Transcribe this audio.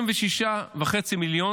26.5 מיליון,